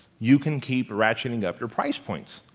you can keep ratcheting up the price points.